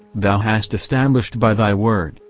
thou hast established by thy word,